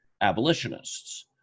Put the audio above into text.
abolitionists